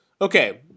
okay